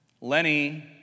Lenny